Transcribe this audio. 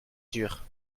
sur